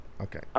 Okay